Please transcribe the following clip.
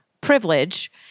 privilege